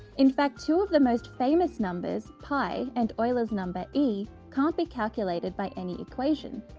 in fact two of the most famous numbers, pi and euler's number e can't be calculated by any equation.